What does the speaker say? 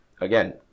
again